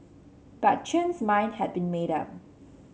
but Chen's mind had been made up